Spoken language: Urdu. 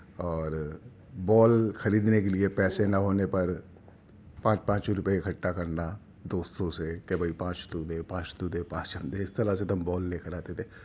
اور بول خریدنے کے لیے پیسے نہ ہونے پر پانچ پانچ روپئے اکٹھا کرنا دوستوں سے کہ بھائی پانچ تو دے پانچ تو دے پانچ ہم دیں اس طرح سے تو ہم بال لے کر آتے تھے